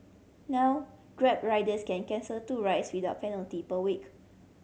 now Grab riders can cancel two rides without penalty per week